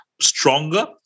stronger